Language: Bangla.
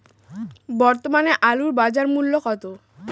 বর্তমানে আলুর বাজার মূল্য কত?